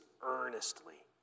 earnestly